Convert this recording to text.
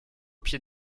pied